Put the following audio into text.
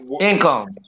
income